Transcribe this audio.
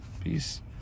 Peace